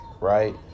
right